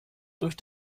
durch